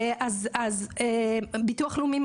הביטוח הלאומי,